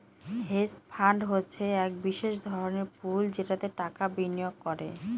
hedge fund হচ্ছে এক বিশেষ ধরনের পুল যেটাতে টাকা বিনিয়োগ করে